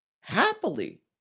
happily